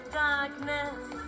darkness